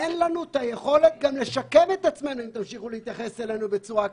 אין לנו יכולת גם לשקם את עצמנו אם תמשיכו להתייחס אלינו בצורה כזו.